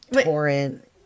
Torrent